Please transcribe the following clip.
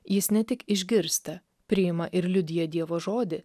jis ne tik išgirsta priima ir liudija dievo žodį